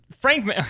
Frank